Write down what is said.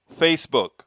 Facebook